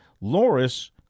Loris